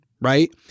Right